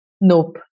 Nope